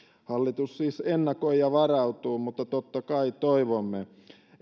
hallitus siis ennakoi ja varautuu mutta totta kai toivomme